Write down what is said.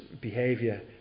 behaviour